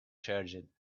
charged